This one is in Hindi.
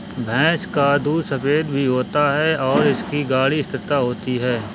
भैंस का दूध सफेद भी होता है और इसकी गाढ़ी स्थिरता होती है